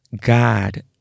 God